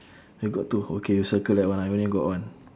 you got two okay you circle that one I only got one